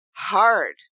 hard